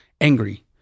angry